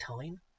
time